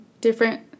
Different